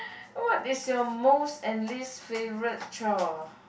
what is your most and least favourite chore